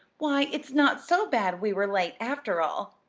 why, it's not so bad we were late, after all,